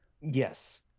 Yes